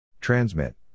Transmit